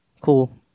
Cool